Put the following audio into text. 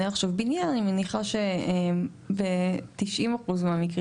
עכשיו בניין אני מניחה שב-90% מהמקרים,